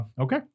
okay